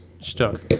Stuck